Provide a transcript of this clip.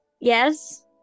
Yes